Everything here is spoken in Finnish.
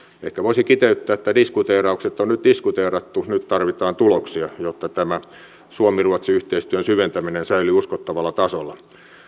ehkä voisi kiteyttää että diskuteeraukset on nyt diskuteerattu nyt tarvitaan tuloksia jotta tämän suomi ruotsi yhteistyön syventäminen säilyy uskottavalla tasolla